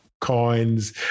coins